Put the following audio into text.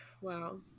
wow